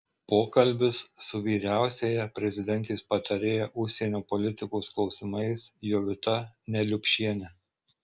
pokalbis su vyriausiąja prezidentės patarėja užsienio politikos klausimais jovita neliupšiene